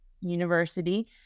university